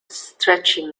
stretching